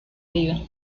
viva